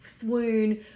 swoon